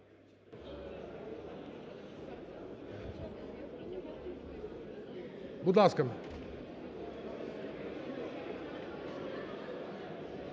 Будь ласка.